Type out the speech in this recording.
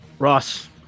Ross